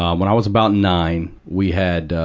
um when i was about nine, we had,